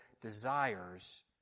desires